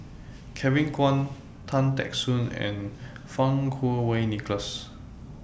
Kevin Kwan Tan Teck Soon and Fang Kuo Wei Nicholas